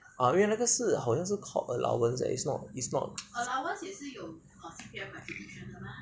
ah 因为那个是好像是 called allowance 而已 so it's not